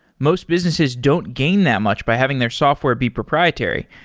most businesses don't gain that much by having their software be proprietary.